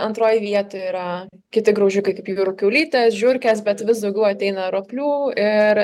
antroj vietoj yra kiti graužikai kaip jūrų kiaulytės žiurkės bet vis daugiau ateina roplių ir